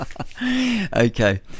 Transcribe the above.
Okay